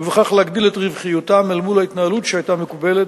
ובכך להגדיל את רווחיותם אל מול ההתנהלות שהיתה מקובלת